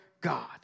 God